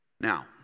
Now